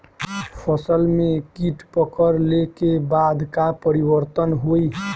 फसल में कीट पकड़ ले के बाद का परिवर्तन होई?